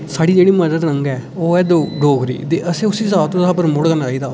साढ़ी जेह्ड़ी mother tongue ऐ ओह् ऐ डोगरी ते असें उसी ज्यादा तू ज्यादा प्रमोट करना चाहिदा